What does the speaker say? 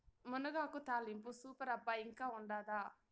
మునగాకు తాలింపు సూపర్ అబ్బా ఇంకా ఉండాదా